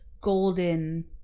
golden